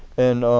and